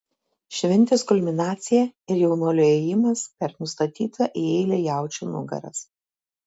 šventės kulminacija ir jaunuolio ėjimas per sustatytų į eilę jaučių nugaras